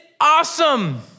awesome